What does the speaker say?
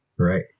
Right